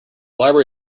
library